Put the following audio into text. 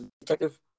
detective